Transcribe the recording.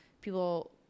people